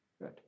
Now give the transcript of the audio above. Good